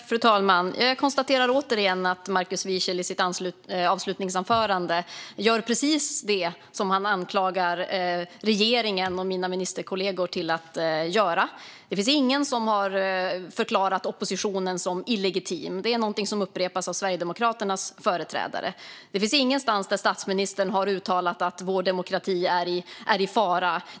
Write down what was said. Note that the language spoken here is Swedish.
Fru talman! Jag konstaterar återigen att Markus Wiechel i sitt avslutande inlägg gör precis det som han anklagar regeringen och mina ministerkollegor för att göra. Det finns ingen som har förklarat oppositionen som illegitim. Det är något som upprepas av Sverigedemokraternas företrädare. Det finns ingenstans där statsministern har uttalat att vår demokrati är i fara.